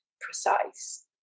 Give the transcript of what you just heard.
precise